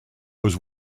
was